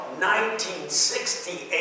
1968